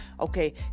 Okay